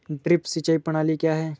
Drip सिंचाई प्रणाली क्या है?